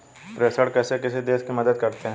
प्रेषण कैसे किसी देश की मदद करते हैं?